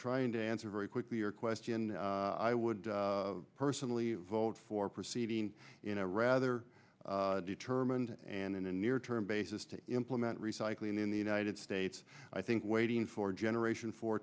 trying to answer very quickly your question i would personally vote for proceeding in a rather determined and in a near term basis to implement recycling in the united states i think waiting for generation for